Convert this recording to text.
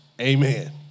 Amen